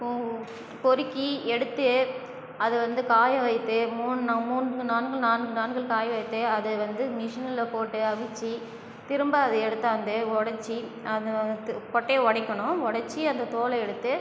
போ பொறுக்கி எடுத்து அதை வந்து காய வைத்து மூணு மூணு நாட்கள் நாலு நாட்கள் காய வைத்து அதை வந்து மிஷினில் போட்டு அவித்து திரும்ப அதை எடுத்து வந்து உடச்சி அதை வறுத்து கொட்டையை உடைக்கணும் உடச்சி அதை தோலை எடுத்து